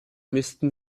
müssten